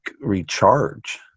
recharge